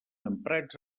emprats